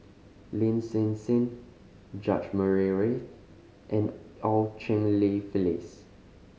Lin Hsin Hsin George Murray Reith and Eu Cheng Li Phyllis